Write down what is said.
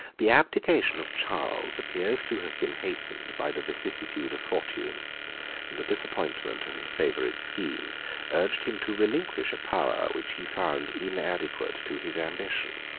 the abdication of charles appears to have been hastened by the vicissitude of fortune and the disappointment of his favorite schemes urged him to relinquish a power which he found inadequate to his ambition.